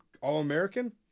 All-American